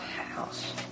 House